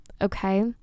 okay